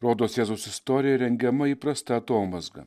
rodos jėzaus istorijoje rengiama įprasta atomazga